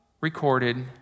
recorded